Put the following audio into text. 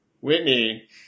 Whitney